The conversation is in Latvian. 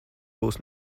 būs